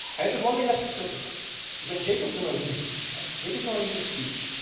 and if there's one thing that's specific it's when jacob zuma reads a speech jacob zuma reads a speech